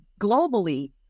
globally